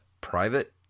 private